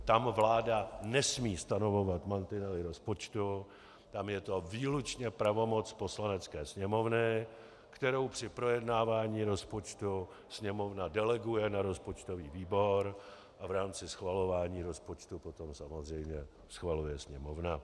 Tam vláda nesmí stanovovat mantinely rozpočtu, tam je to výlučně pravomoc Poslanecké sněmovny, kterou při projednávání rozpočtu Sněmovna deleguje na rozpočtový výbor a v rámci schvalování rozpočtu potom samozřejmě schvaluje Sněmovna.